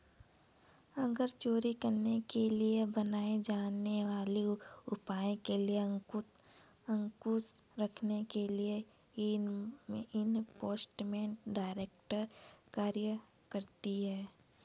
कर चोरी करने के लिए अपनाए जाने वाले उपायों पर अंकुश रखने के लिए एनफोर्समेंट डायरेक्टरेट कार्य करती है